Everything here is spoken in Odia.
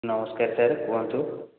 ନମସ୍କାର ସାର୍ କୁହନ୍ତୁ